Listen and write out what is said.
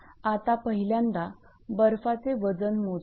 आता पहिल्यांदा बर्फाचे वजन मोजूयात